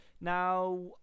Now